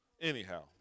Anyhow